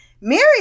Mary